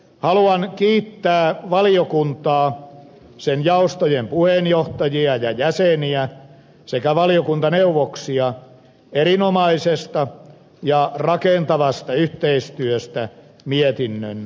haluan kiittää valiokuntaa sen jaostojen puheenjohtajia ja jäseniä sekä valiokuntaneuvoksia erinomaisesta ja rakentavasta yhteistyöstä mietinnön valmistelussa